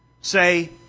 say